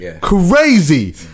crazy